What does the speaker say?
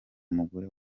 umugore